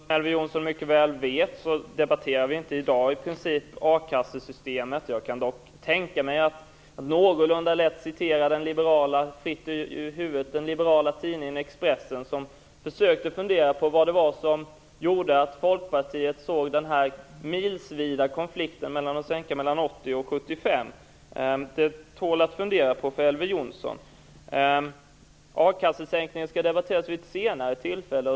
Fru talman! Som Elver Jonsson mycket väl vet debatterar vi i princip inte a-kassesystemet i dag. Jag kan dock tänka mig att någorlunda fritt ur huvudet citera den liberala tidningen Expressen som försökte fundera över vad det var som gjorde att Folkpartiet ser det som en milsvid konflikt att sänka från 80 till 75 %. Det tål att fundera på, Elver Jonsson. Sänkningen av ersättningen från a-kassan skall debatteras vid ett senare tillfälle.